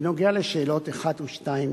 בנוגע לשאלות 1 ו-2,